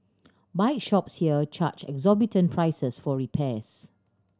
bike shops here charge exorbitant prices for repairs